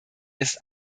ist